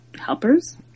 helpers